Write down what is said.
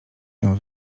się